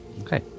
Okay